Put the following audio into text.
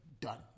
done